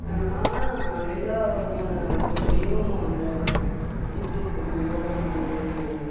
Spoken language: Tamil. ஆனால் எல்லா வகையான போட்லையும் அந்த ஜிபிஎஸ் கருவியோ அந்த மாதிரி ஒரு